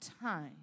time